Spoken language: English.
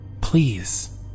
Please